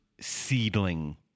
seedling